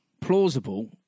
plausible